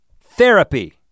therapy